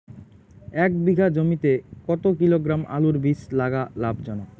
এক বিঘা জমিতে কতো কিলোগ্রাম আলুর বীজ লাগা লাভজনক?